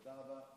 תודה רבה.